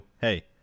hey